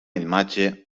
imatge